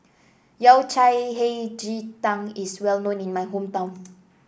Yao Cai Hei Ji Tang is well known in my hometown